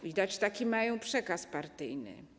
Widać taki mają przekaz partyjny.